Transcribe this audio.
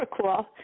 cool